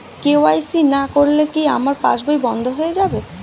KYC না করলে কি আমার পাশ বই বন্ধ হয়ে যাবে?